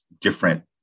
different